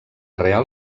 real